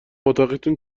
اتاقیتون